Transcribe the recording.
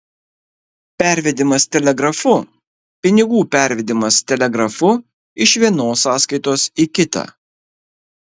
pervedimas telegrafu pinigų pervedimas telegrafu iš vienos sąskaitos į kitą